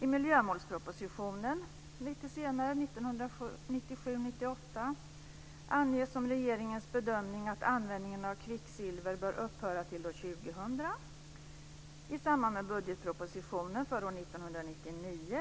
I miljömålspropositionen lite senare, 1997/98, anges som regeringens bedömning att användningen av kvicksilver bör upphöra till år 2000.